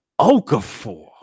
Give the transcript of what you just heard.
Okafor